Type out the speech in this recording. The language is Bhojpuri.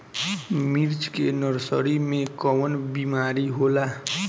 मिर्च के नर्सरी मे कवन बीमारी होला?